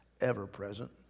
ever-present